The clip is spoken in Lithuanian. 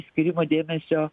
skirimo dėmesio